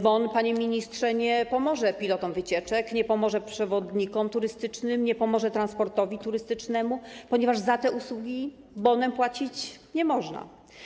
Bon, panie ministrze, nie pomoże pilotom wycieczek, nie pomoże przewodnikom turystycznym, nie pomoże transportowi turystycznemu, ponieważ za te usługi bonem płacić nie można.